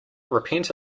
repent